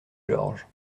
georges